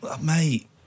mate